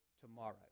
tomorrow